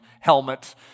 helmet